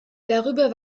darüber